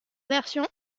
version